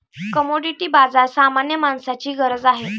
commodity बाजार सामान्य माणसाची गरज आहे